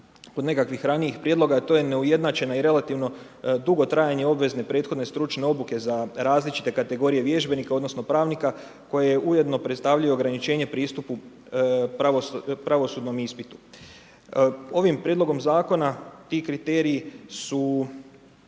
kod nekakvih ranijih prijedloga, a to je neujednačena i relativno dugo trajanje obvezne prethodne stručne obuke, za različite kategorije vježbenika, odnosno, pravnika, koje ujedno predstavljaju ograničenje pristupu pravosudnom ispitu. Ovim prijedlogom zakona, ti kriteriji su